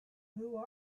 who